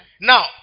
Now